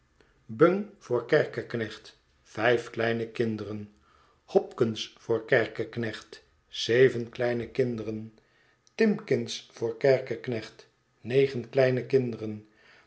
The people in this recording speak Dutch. bang voor kerkeknecht vijf kleine kinderen hopkins voor kerkeknecht zeven kleine kinderen timkins voor kerkeknecht negen kleine kinderen